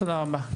תודה רבה.